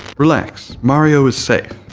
relax, mario is safe!